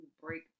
break